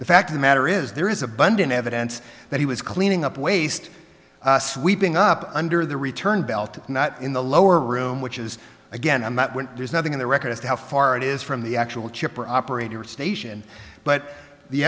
the fact of the matter is there is abundant evidence that he was cleaning up waste sweeping up under the return belt not in the lower room as again i'm at when there's nothing in the record as to how far it is from the actual chip or operator or station but the